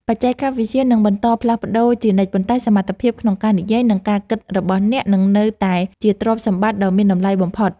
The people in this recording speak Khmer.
បច្ចេកវិទ្យានឹងបន្តផ្លាស់ប្តូរជានិច្ចប៉ុន្តែសមត្ថភាពក្នុងការនិយាយ និងការគិតរបស់អ្នកនឹងនៅតែជាទ្រព្យសម្បត្តិដ៏មានតម្លៃបំផុត។